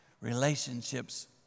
relationships